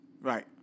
Right